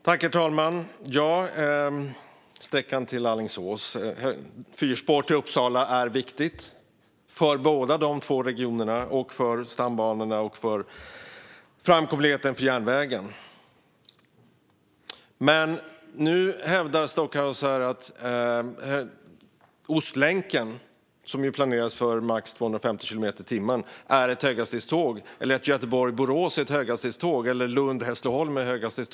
Herr talman! Sträckan till Alingsås och fyrspåren till Uppsala är viktiga för de båda regionerna, för stambanorna och för framkomligheten för järnvägstransporterna. Men nu hävdar Stockhaus att Ostlänken, som ju planeras för max 250 kilometer i timmen, är ett höghastighetståg och att Göteborg-Borås och Lund-Hässleholm också är det.